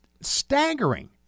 staggering